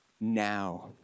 now